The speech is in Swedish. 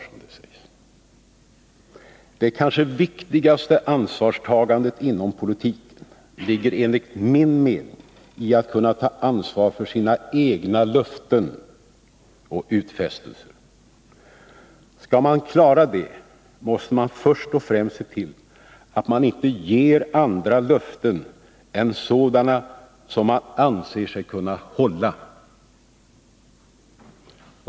Men det kanske viktigaste ansvarstagandet inom politiken ligger enligt min mening i att kunna ta ansvaret för sina egna löften och utfästelser. Skall man klara det, måste man först och främst se till att man inte ger andra löften än sådana som man anser sig kunna hålla.